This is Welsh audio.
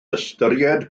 ystyried